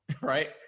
right